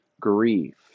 grief